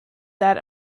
that